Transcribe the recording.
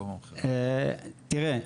טוב,